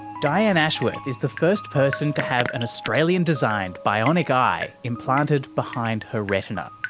dianne ashworth is the first person to have an australian-designed bionic eye implanted behind her retina.